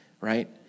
right